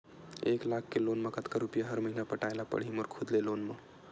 एक लाख के लोन मा कतका रुपिया हर महीना पटाय ला पढ़ही मोर खुद ले लोन मा?